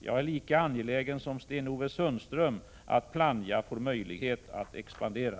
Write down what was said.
Jag är lika angelägen som Sten-Ove Sundström om att Plannja får möjlighet att expandera.